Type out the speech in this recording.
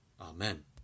Amen